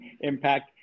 impact